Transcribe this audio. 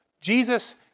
Jesus